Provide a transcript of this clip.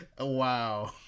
wow